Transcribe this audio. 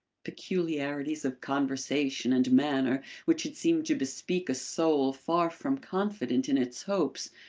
peculiarities of conversation and manner which had seemed to bespeak a soul far from confident in its hopes,